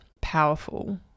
powerful